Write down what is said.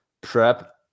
prep